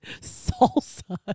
Salsa